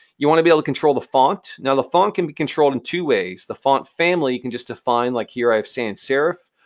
you wanna be able to control the font. now, the font can be controlled in two ways. the font family, you can just define. like here, i have sans serif,